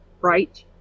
right